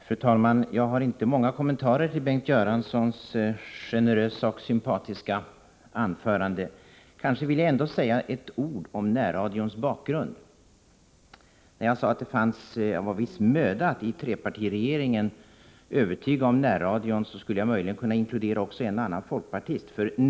Fru talman! Jag har inte många kommentarer till Bengt Göranssons generösa och sympatiska anförande. Kanske vill jag ändå säga ett ord om närradions bakgrund. När jag sade att det innebar viss möda att i trepartiregeringen övertyga om närradion skulle jag möjligen kunna inkludera en och annan folkpartist.